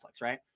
right